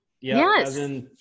Yes